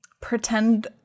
Pretend